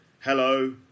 hello